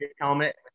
helmet